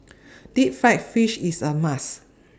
Deep Fried Fish IS A must